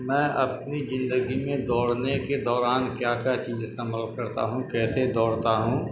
میں اپنی زندگی میں دوڑنے کے دوران کیا کیا چیز استعمال کرتا ہوں کیسے دوڑتا ہوں